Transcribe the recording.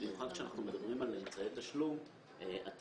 במיוחד כשאנחנו מדברים על אמצעי תשלום עתידיים.